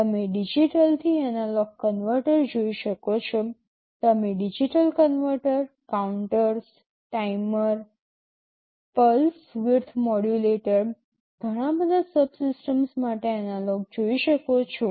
તમે ડિજિટલથી analog converter જોઈ શકો છો તમે digital converter counters timer pulse width modulator ઘણા બધા સબસિસ્ટમ્સ માટે એનાલોગ જોઈ શકો છો